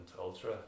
ultra